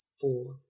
four